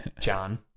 John